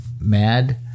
Mad